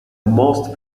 most